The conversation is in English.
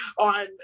on